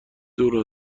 دور